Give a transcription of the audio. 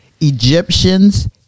Egyptians